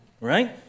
right